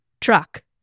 truck